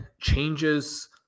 changes